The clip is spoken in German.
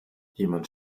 jemand